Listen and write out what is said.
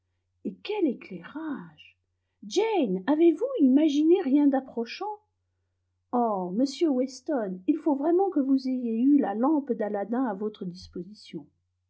et quel éclairage jane avez-vous imaginé rien d'approchant oh m weston il faut vraiment que vous ayez eu la lampe d'aladin à votre disposition